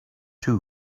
too